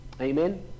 Amen